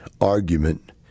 argument